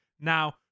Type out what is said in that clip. now